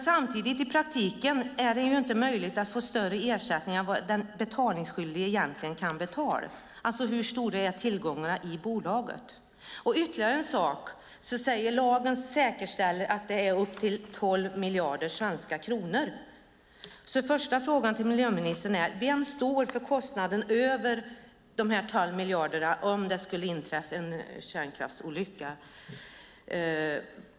Samtidigt är det i praktiken inte möjligt att få större ersättning än den betalningsskyldige kan betala. Alltså är frågan hur stora tillgångarna är i bolaget. Ytterligare en sak är att lagen säkerställer upp till 12 miljarder svenska kronor. Första frågan till miljöministern är: Vem står för kostnaden över de 12 miljarderna om det skulle inträffa en kärnkraftsolycka?